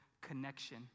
connection